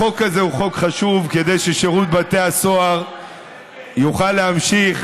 החוק הזה הוא חוק חשוב כדי ששירות בתי הסוהר יוכל להמשיך